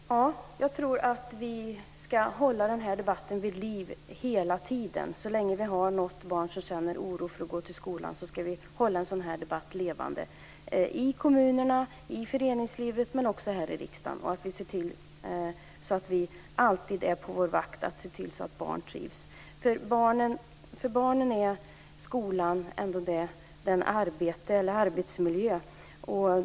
Fru talman! Jag tror att vi ska hålla den här debatten vid liv hela tiden. Så länge det finns något barn som känner oro för att gå till skolan ska vi hålla debatten levande i kommunerna, i föreningslivet men också här i riksdagen. Vi ska se till att vi alltid är på vår vakt så att barnen trivs. För barnen är ändå skolan en arbetsmiljö.